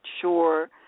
Sure